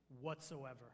whatsoever